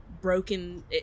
broken